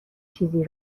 چیزی